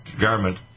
garment